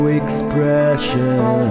expression